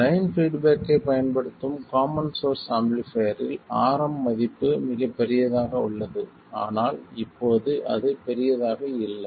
drain பீட்பேக்கைப் பயன்படுத்தும் common source ஆம்பிளிஃபைர்ரில் Rm மதிப்பு மிகப் பெரியதாக உள்ளது ஆனால் இப்போது அது பெரிதாக இல்லை